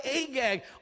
Agag